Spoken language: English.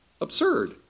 Absurd